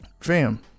fam